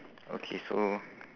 okay so